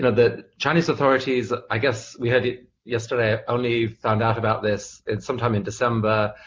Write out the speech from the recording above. the chinese authorities i guess we heard it yesterday ah only found out about this sometime in december.